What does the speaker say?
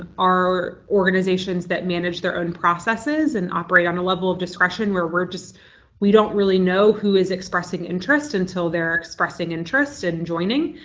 are organizations that manage their own processes and operate on a level of discretion where we're just we don't really know who is expressing interest until they're expressing interest and joining.